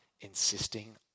insisting